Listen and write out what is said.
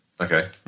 okay